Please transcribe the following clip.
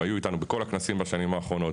הם היו איתנו בכל הכנסים בשנים האחרונות,